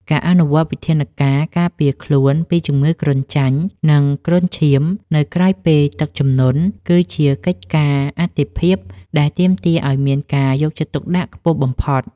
ការអនុវត្តវិធានការការពារខ្លួនពីជំងឺគ្រុនចាញ់ និងគ្រុនឈាមនៅក្រោយពេលទឹកជំនន់ គឺជាកិច្ចការអាទិភាពដែលទាមទារឱ្យមានការយកចិត្តទុកដាក់ខ្ពស់បំផុត។